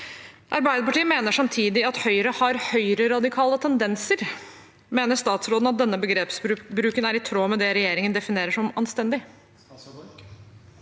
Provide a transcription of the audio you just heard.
Arbeiderpartiet mener samtidig at Høyre har høyreradikale tendenser. Mener statsråden at denne begrepsbruken er i tråd med det regjeringen definerer som anstendig?